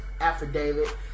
affidavit